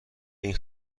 این